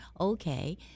Okay